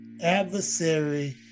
Adversary